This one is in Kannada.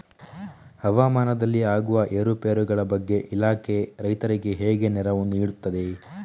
ಹವಾಮಾನದಲ್ಲಿ ಆಗುವ ಏರುಪೇರುಗಳ ಬಗ್ಗೆ ಇಲಾಖೆ ರೈತರಿಗೆ ಹೇಗೆ ನೆರವು ನೀಡ್ತದೆ?